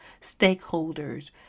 stakeholders